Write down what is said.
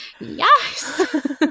yes